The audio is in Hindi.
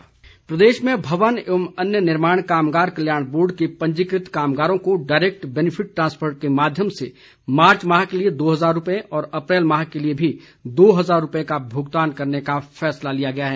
कामगार प्रदेश में भवन एवं अन्य निर्माण कामगार कल्याण बोर्ड के पंजीकृत कामगारों को डायरेक्ट बैनिफिट ट्रांसफर के माध्यम से मार्च माह के लिए दो हजार रूपए और अप्रैल माह के लिए भी दो हजार रूपए का भुगतान करने का फैसला लिया गया है